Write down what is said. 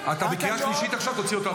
אתה לא יכול לקרוא אותי.